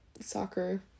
soccer